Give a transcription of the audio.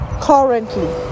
currently